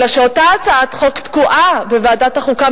אלא שאותה הצעת חוק תקועה בוועדת החוקה,